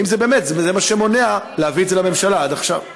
האם באמת זה מה שמונע להביא את זה לממשלה עד עכשיו?